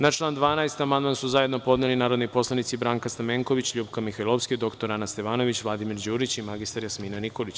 Na član 12. amandman su zajedno podneli narodni poslanici Branka Stamenković, LJupka Mihajlovska, dr. Ana Stevanović, Vladimir Đurić i mr Jasmina Nikolić.